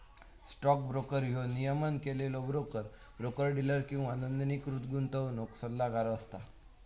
stock broker ह्यो नियमन केलेलो ब्रोकर, ब्रोकर डीलर किंवा नोंदणीकृत गुंतवणूक सल्लागार असता